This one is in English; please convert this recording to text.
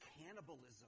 cannibalism